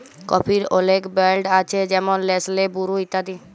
কফির অলেক ব্র্যাল্ড আছে যেমল লেসলে, বুরু ইত্যাদি